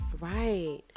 Right